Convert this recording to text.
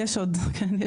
יש עוד, כן.